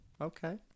okay